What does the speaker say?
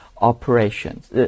operations